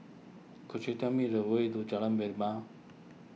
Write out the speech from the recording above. could you tell me the way to Jalan